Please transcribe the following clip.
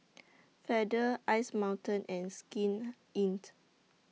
Feather Ice Mountain and Skin Inc